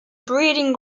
breeding